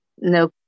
no